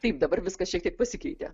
taip dabar viskas šiek tiek pasikeitė